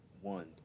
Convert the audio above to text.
One